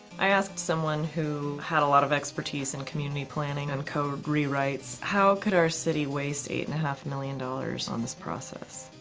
i asked someone who had a lot of expertise in community planning and code rewrites how could our city waste eight and a half million dollars on this process.